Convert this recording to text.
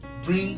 Bring